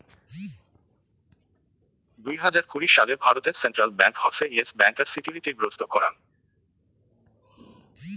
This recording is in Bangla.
দুই হাজার কুড়ি সালে ভারতে সেন্ট্রাল ব্যাঙ্ক হসে ইয়েস ব্যাংকার সিকিউরিটি গ্রস্ত করাং